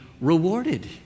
rewarded